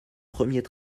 premiers